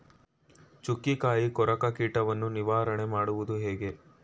ಚುಕ್ಕಿಕಾಯಿ ಕೊರಕ ಕೀಟವನ್ನು ನಿವಾರಣೆ ಮಾಡುವುದು ಹೇಗೆ?